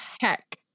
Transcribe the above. heck